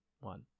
one